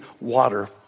water